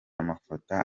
amfata